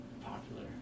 popular